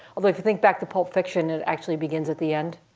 although if you think back to pulp fiction, it actually begins at the end.